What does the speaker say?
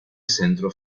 centro